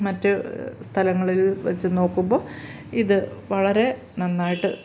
മറ്റ് സ്ഥലങ്ങളിൽ വെച്ച് നോക്കുമ്പോൾ ഇത് വളരെ നന്നായിട്ട്